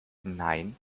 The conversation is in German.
nein